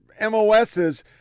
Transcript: MOSs